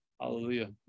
hallelujah